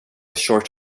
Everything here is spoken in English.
short